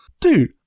Dude